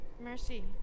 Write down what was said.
Mercy